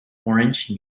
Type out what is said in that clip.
orange